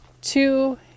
two